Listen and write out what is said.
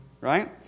Right